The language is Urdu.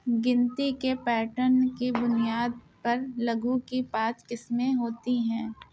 گنتی کے پیٹن کی بنیاد پر لگھو کی پانچ قسمیں ہوتی ہیں